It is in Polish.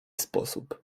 sposób